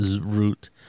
root